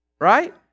Right